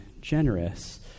generous